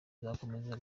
izakomeza